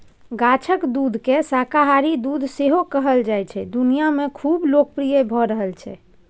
गाछक दुधकेँ शाकाहारी दुध सेहो कहल जाइ छै दुनियाँ मे खुब लोकप्रिय भ रहल छै